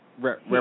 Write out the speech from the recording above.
Rep